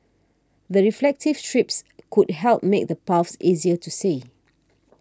the reflective strips could help make the paths easier to see